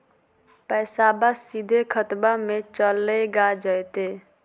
पैसाबा सीधे खतबा मे चलेगा जयते?